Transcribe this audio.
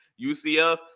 UCF